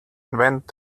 went